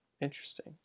Interesting